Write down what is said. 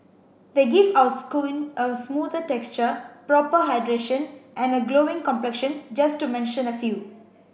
they give our a smoother texture proper hydration and a glowing complexion just to mention a few